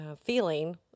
feeling